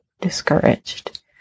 discouraged